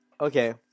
okay